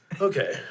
Okay